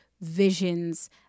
visions